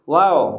wow